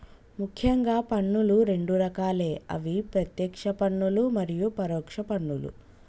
ముఖ్యంగా పన్నులు రెండు రకాలే అవి ప్రత్యేక్ష పన్నులు మరియు పరోక్ష పన్నులు